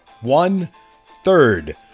One-third